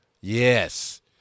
Yes